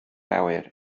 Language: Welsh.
awyr